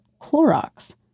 Clorox